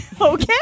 Okay